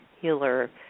healer